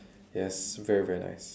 yes very very nice